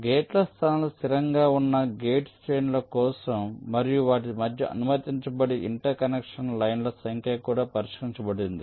గేట్ల స్థానాలు స్థిరంగా ఉన్న గేట్ శ్రేణుల కోసం మరియు వాటి మధ్య అనుమతించబడే ఇంటర్ కనెక్షన్ లైన్ల సంఖ్య కూడా పరిష్కరించబడింది